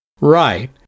Right